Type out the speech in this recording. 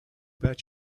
bet